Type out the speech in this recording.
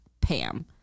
Pam